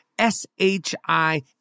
S-H-I